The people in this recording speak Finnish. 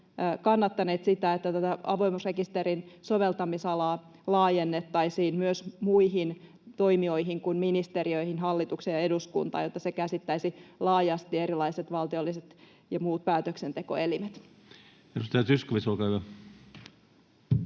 kannattaneet sitä, että tätä avoimuusrekisterin soveltamisalaa laajennettaisiin myös muihin toimijoihin kuin ministeriöihin, hallitukseen ja eduskuntaan, jotta se käsittäisi laajasti erilaiset valtiolliset ja muut päätöksentekoelimet. [Speech 103] Speaker: